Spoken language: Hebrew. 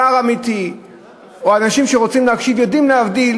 שר אמיתי או אנשים שרוצים להקשיב יודעים להבדיל